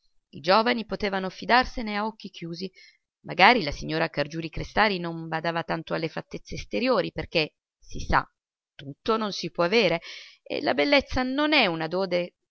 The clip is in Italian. i giovani potevano fidarsene a occhi chiusi magari la signora cargiuri-crestari non badava tanto alle fattezze esteriori perché si sa tutto non si può avere e la bellezza non è dote